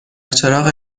چراغ